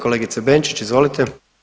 Kolegice Benčić, izvolite.